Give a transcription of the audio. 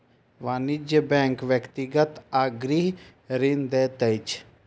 वाणिज्य बैंक व्यक्तिगत आ गृह ऋण दैत अछि